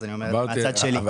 אז אני אומר את זה מהצד שלי.